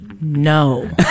No